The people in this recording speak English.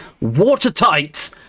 watertight